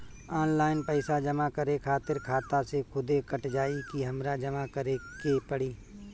Online पैसा जमा करे खातिर खाता से खुदे कट जाई कि हमरा जमा करें के पड़ी?